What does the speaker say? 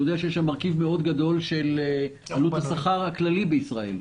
אתה יודע שיש שם מרכיב גדול מאוד של עלות השכר הכללי בישראל.